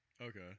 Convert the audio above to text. okay